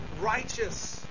righteous